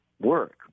work